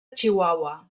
chihuahua